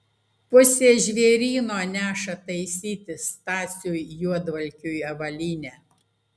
pusė žvėryno neša taisyti stasiui juodvalkiui avalynę